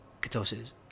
ketosis